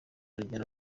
urugendo